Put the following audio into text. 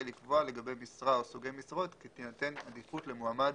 לקבוע לגבי משרה או סוגי משרות כי תינתן עדיפות למועמד